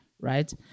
right